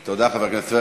תודה, חבר הכנסת פריג'.